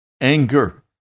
anger